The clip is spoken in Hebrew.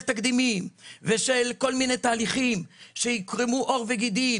של תקדימים ותהליכים שיקרמו עור וגידים